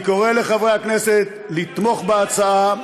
אני קורא לחברי הכנסת לתמוך בהצעה.